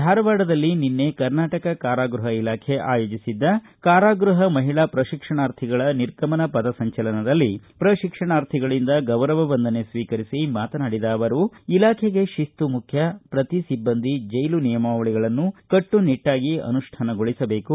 ಧಾರವಾಡದಲ್ಲಿ ನಿನ್ನೆ ಕರ್ನಾಟಕ ಕಾರಾಗೃಹ ಇಲಾಖೆ ಆಯೋಜಿಸಿದ್ದ ಕಾರಾಗೃಹ ಮಹಿಳಾ ಪ್ರಶಿಕ್ಷಣಾರ್ಥಿಗಳ ನಿರ್ಗಮನ ಪಥ ಸಂಚಲನದಲ್ಲಿ ಪ್ರಶಿಕ್ಷಣಾರ್ಥಿಗಳಿಂದ ಗೌರವ ವಂದನೆ ಸ್ವೀಕರಿಸಿ ಮಾತನಾಡಿದ ಅವರು ಇಲಾಖೆಗೆ ತಿಸ್ತು ಮುಖ್ಯ ಶ್ರತಿ ಸಿಬ್ಬಂದಿ ಜೈಲು ನಿಯಮಾವಳಗಳನ್ನು ಕಟ್ಟುನಿಟ್ಟಾಗಿ ಅನುಷ್ಠಾನಗೊಳಿಸಬೇಕು